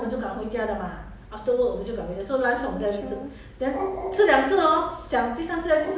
don't lunch lah go dinner lah